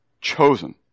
Chosen